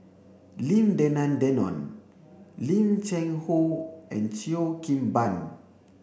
Lim Denan Denon Lim Cheng Hoe and Cheo Kim Ban